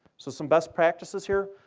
so some best practices here,